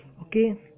Okay